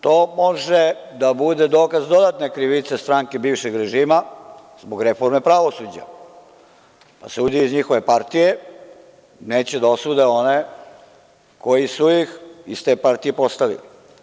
To može da bude dokaz dodatne krivice stranke bivšeg režima zbog reforme pravosuđa, pa sudije iz njihove partije neće da osude one koji su ih iz te partije postavili.